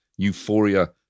Euphoria